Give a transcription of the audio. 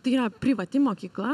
tai yra privati mokykla